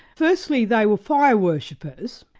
firstly, they were fire worshippers,